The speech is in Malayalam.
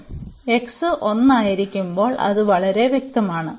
അതിനാൽ x 1 ആയിരിക്കുമ്പോൾ അത് വളരെ വ്യക്തമാണ്